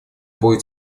будет